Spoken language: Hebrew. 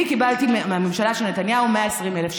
אני קיבלתי מהממשלה של נתניהו 120,000 שקל.